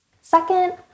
second